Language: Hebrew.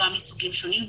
גם מסוגים שונים,